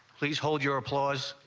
please hold your applause.